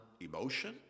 emotion